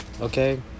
okay